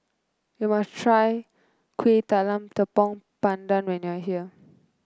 you must try Kuih Talam Tepong Pandan when you are here